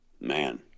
Man